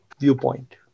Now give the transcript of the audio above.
viewpoint